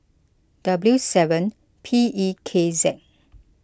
W seven P E K Z